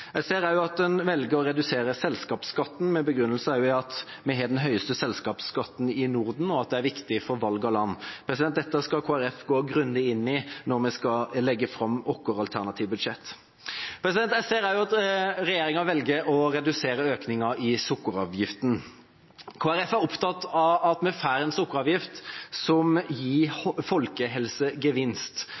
Jeg ser også at en velger å redusere selskapsskatten med begrunnelse i at vi har den høyeste selskapsskatten i Norden, og at det er viktig for valg av land. Dette skal Kristelig Folkeparti gå grundig inn i når vi skal legge fram vårt alternative budsjett. Jeg ser også at regjeringa velger å redusere økningen i sukkeravgiften. Kristelig Folkeparti er opptatt av at vi får en sukkeravgift som gir